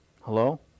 Hello